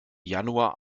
januar